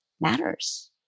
matters